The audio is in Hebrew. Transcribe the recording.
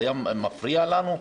היה מפריע לנו?